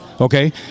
Okay